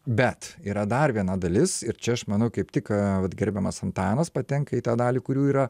bet yra dar viena dalis ir čia aš manau kaip tik vat gerbiamas antanas patenka į tą dalį kurių yra